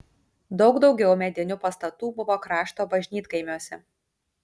daug daugiau medinių pastatų buvo krašto bažnytkaimiuose